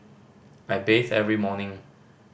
I bathe every morning